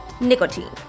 nicotine